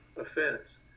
offense